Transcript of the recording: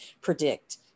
predict